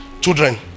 children